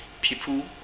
people